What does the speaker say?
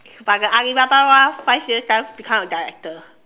but the Alibaba [one] five years time become a director